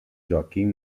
joaquim